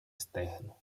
externo